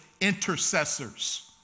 intercessors